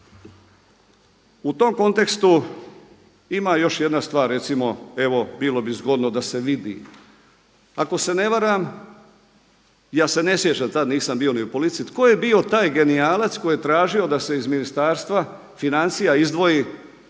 U tom kontekstu, ima još jedna stvar recimo, evo bilo bi zgodno da se vidi, ako se ne varam, ja se ne sjećam, tada nisam bio ni u politici tko je bio taj genijalac koji je tražio da se iz Ministarstva financija izdvoji